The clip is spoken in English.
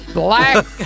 black